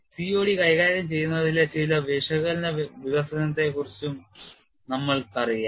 COD കൈകാര്യം ചെയ്യുന്നതിലെ ചില വിശകലന വികസനത്തെക്കുറിച്ചും നമ്മൾക്കു അറിയാം